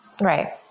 Right